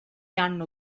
hanno